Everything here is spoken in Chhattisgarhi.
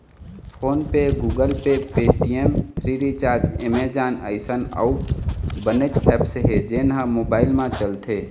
फोन पे, Google Pay, Paytm, Freecharge, Amazon अइसन अउ बनेच ऐप्स हे जेन ह मोबाईल म चलथे